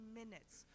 minutes